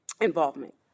involvement